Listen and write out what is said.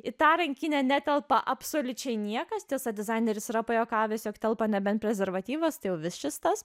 į tą rankinę netelpa absoliučiai niekas tiesa dizaineris yra pajuokavęs jog telpa nebent prezervatyvas tai vis šis tas